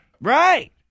Right